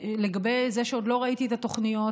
לגבי זה שעוד לא ראיתי את התוכניות,